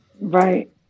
Right